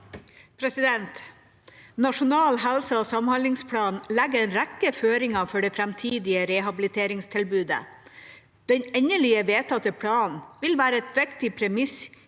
«Nasjonal helse- og samhandlingsplan legger en rekke føringer for det fremtidige rehabiliteringstilbudet. (…) Den endelig vedtatte planen vil være et viktig premiss